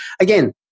again